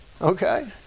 Okay